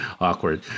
awkward